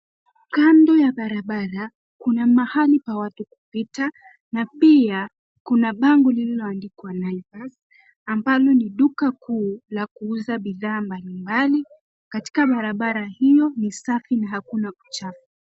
Kando ya barabara kuna mahali pa watu kupita na pia kuna bango lililoandikwa Naivas ambalo ni duka kuu la kuuza bidhaa mbalimbali katika barabara hio ni safi na hakuna kuchafu.